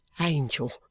angel